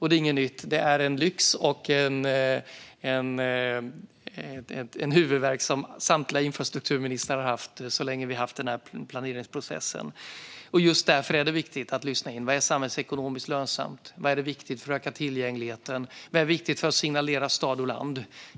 Det är inget nytt. Det är en lyx och en huvudvärk som samtliga infrastrukturministrar har haft så länge vi har haft denna planeringsprocess. Just därför är det viktigt att lyssna in vad som är samhällsekonomiskt lönsamt, vad som är viktigt för att öka tillgängligheten, vad som är viktigt för att signalera stad och land.